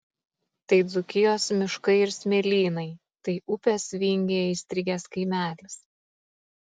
tai dzūkijos miškai ir smėlynai tai upės vingyje įstrigęs kaimelis